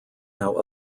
how